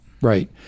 Right